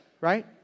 right